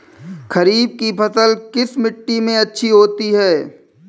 खरीफ की फसल किस मिट्टी में अच्छी होती है?